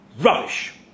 Rubbish